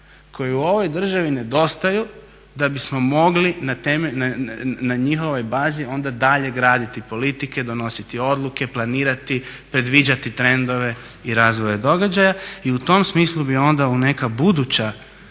koji u ovoj državi nedostaju da bismo mogli na njihovoj bazi onda dalje graditi politike, donositi odluke, planirati, predviđati trendove i razvoje događaja. I u tom smislu bi onda u neke buduće